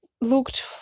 looked